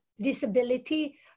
disability